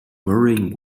burrowing